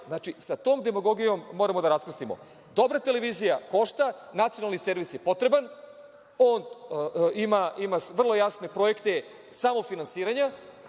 Znači, sa tom demagogijom moramo da raskrstimo. Dobra televizija košta. Nacionalni servis je potreban, on ima vrlo jasne projekte samofinansiranja